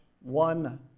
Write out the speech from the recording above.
one